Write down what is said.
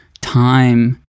time